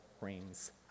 rings